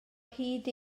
hyd